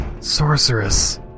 sorceress